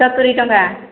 ସତୁରି ଟଙ୍କା